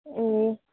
ए